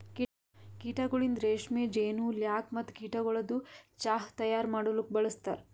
ಕೀಟಗೊಳಿಂದ್ ರೇಷ್ಮೆ, ಜೇನು, ಲ್ಯಾಕ್ ಮತ್ತ ಕೀಟಗೊಳದು ಚಾಹ್ ತೈಯಾರ್ ಮಾಡಲೂಕ್ ಬಳಸ್ತಾರ್